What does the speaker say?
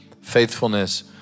faithfulness